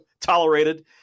tolerated